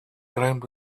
ground